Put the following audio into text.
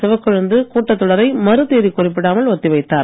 சிவக்கொழுந்து கூட்டத்தொடரை மறு தேதி குறிப்பிடாமல் ஒத்தி வைத்தார்